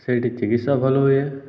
ସେଇଠି ଚିକିତ୍ସା ଭଲ ହୁଏ